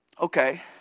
Okay